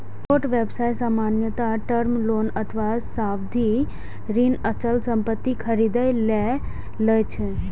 छोट व्यवसाय सामान्यतः टर्म लोन अथवा सावधि ऋण अचल संपत्ति खरीदै लेल लए छै